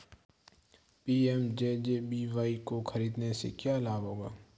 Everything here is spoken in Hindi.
पी.एम.जे.जे.बी.वाय को खरीदने से क्या लाभ होगा?